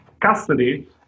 Custody